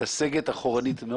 לסגת אחורנית.